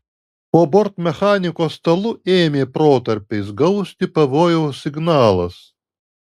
po bortmechaniko stalu ėmė protarpiais gausti pavojaus signalas